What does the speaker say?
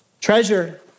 Treasure